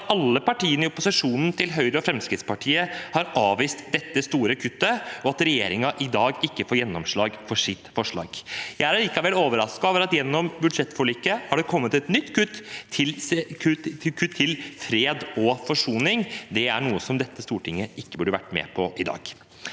at alle partiene i opposisjon til Høyre og Fremskrittspartiet har avvist dette store kuttet, og at regjeringen i dag ikke får gjennomslag for sitt forslag. Jeg er likevel overrasket over at det gjennom budsjettforliket har kommet et nytt kutt som rammer fred og forsoning. Det er noe dette stortinget ikke burde vært med på i dag.